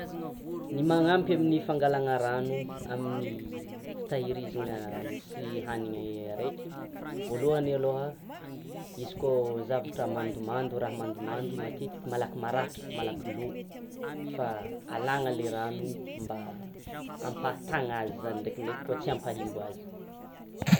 Ny manampy amin'ny fangalana rano amin'ny fitahirizana ny hanina araiky voalohany aloha izy koa zavatra mandomando, raha mandomando matetika malaky maratra, malaky lo fa alana le rano mba hampatana azy zany, ndrekindreky koa tsy hampahimbo azy.